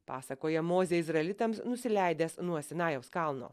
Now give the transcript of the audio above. pasakoja mozė izraelitams nusileidęs nuo sinajaus kalno